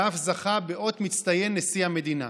ואף זכה באות מצטיין נשיא המדינה.